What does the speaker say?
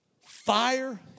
Fire